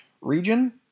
region